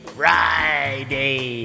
friday